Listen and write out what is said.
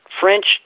French